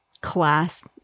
class